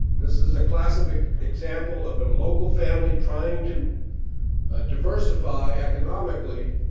this is the classic example of a local family trying to ah diversify economically,